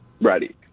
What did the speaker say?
ready